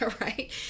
right